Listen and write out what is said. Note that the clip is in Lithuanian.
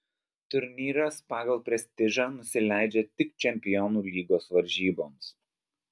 turnyras pagal prestižą nusileidžia tik čempionų lygos varžyboms